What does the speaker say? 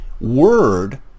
word